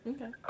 Okay